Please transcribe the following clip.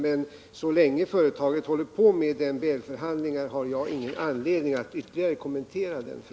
Men så länge företaget håller på med MBL-förhandlingar har jag ingen anledning att göra några ytterligare kommentarer.